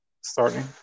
starting